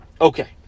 Okay